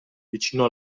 vicino